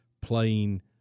playing